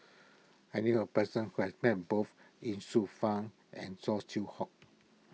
I knew a person who has met both Ye Shufang and Saw Swee Hock